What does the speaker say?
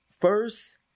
first